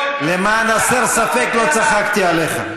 למען הסר ספק, לא צחקתי עליך.